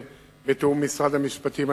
שאנחנו נקדם בתיאום עם משרד המשפטים,